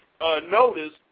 notice